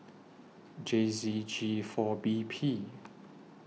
J Z G four B P